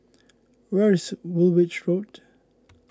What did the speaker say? where is Woolwich Road